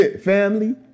family